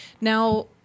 Now